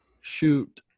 shoot –